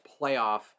playoff